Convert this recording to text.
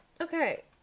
Okay